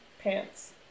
pants